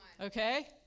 okay